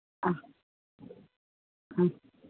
ह ह